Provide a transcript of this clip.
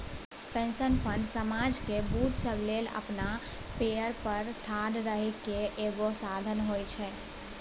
pension fund समाज केर बूढ़ सब लेल अपना पएर पर ठाढ़ रहइ केर एगो साधन होइ छै